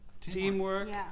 teamwork